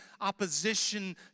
opposition